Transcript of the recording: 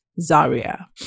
Zaria